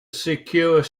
secure